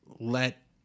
let